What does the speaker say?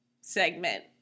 segment